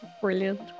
brilliant